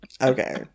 Okay